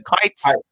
Kites